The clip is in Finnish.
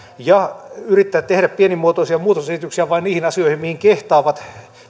ja yrittää tehdä pienimuotoisia muutosesityksiä vain niihin asioihin mihin kehtaavat